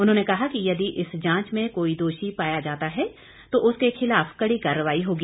उन्होंने कहा कि यदि इस जांच में कोई दोषी पाया जाता है तो उसके खिलाफ कड़ी कार्रवाई होगी